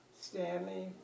Stanley